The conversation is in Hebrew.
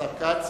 השר כץ,